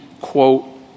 quote